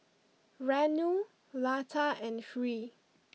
Renu Lata and Hri